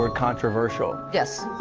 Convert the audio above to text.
ah controversial. yes.